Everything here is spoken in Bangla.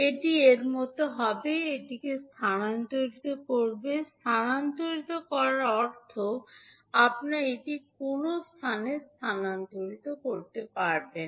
এটি এর মতো হয়ে উঠবে এটিকে স্থানান্তরিত করবে স্থানান্তরিত করার অর্থ আপনি এটি কোনও স্থানে স্থানান্তরিত করতে পারবেন